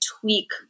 tweak